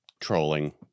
trolling